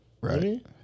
Right